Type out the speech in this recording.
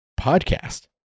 podcast